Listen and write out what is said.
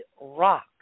rock